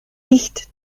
nicht